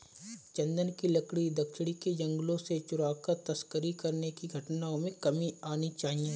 चन्दन की लकड़ी दक्षिण के जंगलों से चुराकर तस्करी करने की घटनाओं में कमी आनी चाहिए